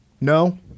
no